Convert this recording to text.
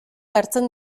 hartzen